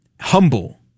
humble